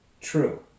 True